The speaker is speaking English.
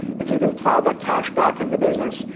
if you can plow that cash back into the business,